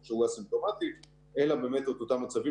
שהוא אסימפטומטי אלא באמת את אותם מצבים